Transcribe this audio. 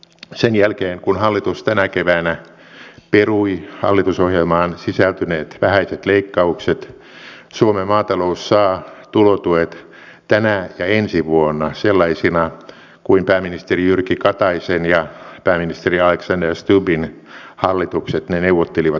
sen jälkeen kun hallitus tänä keväänä perui hallitusohjelmaan sisältyneet vähäiset leikkaukset suomen maatalous saa tulotuet tänä ja ensi vuonna sellaisina kuin pääministeri jyrki kataisen ja pääministeri alexander stubbin hallitukset ne neuvottelivat ja päättivät